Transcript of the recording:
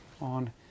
on